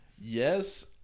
Yes